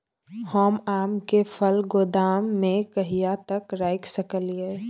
हम आम के फल गोदाम में कहिया तक रख सकलियै?